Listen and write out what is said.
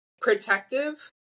protective